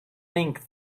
think